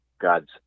God's